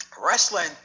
wrestling